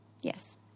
Yes